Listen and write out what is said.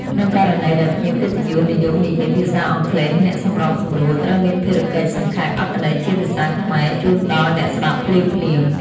ក្នុងករណីដែលភ្ញៀវកិត្តិយសនិយមនិយាយភាសាអង់គ្លេសអ្នកសម្របសម្រួលត្រូវមានភារកិច្ចសង្ខេបអត្ថន័យជាភាសាខ្មែរជូនដល់អ្នកស្តាប់ភ្លាមៗ។